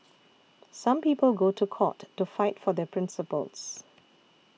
some people go to court to fight for their principles